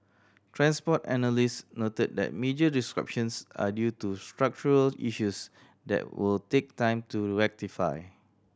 transport analyst noted that major disruptions are due to structural issues that will take time to rectify